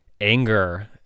anger